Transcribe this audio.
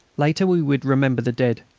later we would remember the dead,